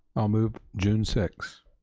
i'll move june six.